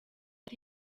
ati